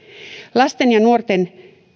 lasten ja nuorten